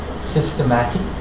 systematic